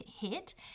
hit